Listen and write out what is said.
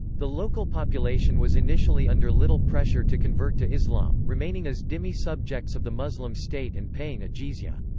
the local population was initially under little pressure to convert to islam, remaining as dhimmi subjects of the muslim state and paying a jizya.